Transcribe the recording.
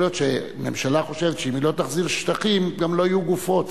יכול להיות שהממשלה חושבת שאם היא לא תחזיר שטחים גם לא יהיו גופות.